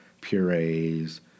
purees